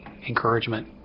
encouragement